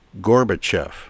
Gorbachev